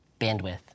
bandwidth